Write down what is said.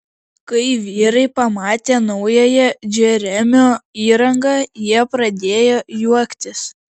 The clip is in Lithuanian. kai vyrai pamatė naująją džeremio įrangą jie pradėjo juoktis